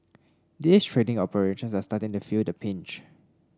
these trading operations are starting to feel the pinch